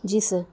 جی سر